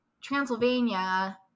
Transylvania